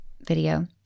video